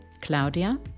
Claudia